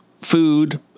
food